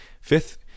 Fifth